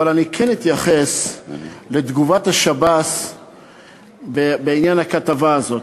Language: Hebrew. אבל אני כן אתייחס לתגובת השב"ס בעניין הכתבה הזאת.